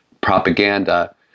propaganda